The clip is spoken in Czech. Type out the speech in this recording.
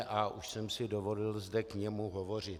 A už jsem si dovolil zde k němu hovořit.